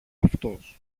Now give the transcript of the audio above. αυτός